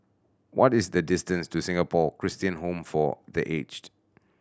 what is the distance to Singapore Christian Home for The Aged